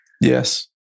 Yes